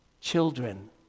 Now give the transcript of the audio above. Children